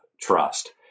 trust